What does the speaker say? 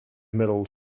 middle